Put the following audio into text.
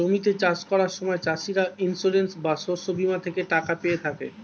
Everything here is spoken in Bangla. জমিতে চাষ করার সময় চাষিরা ইন্সিওরেন্স বা শস্য বীমা থেকে টাকা পেয়ে থাকে